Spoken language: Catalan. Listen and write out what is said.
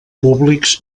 públics